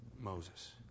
Moses